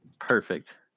Perfect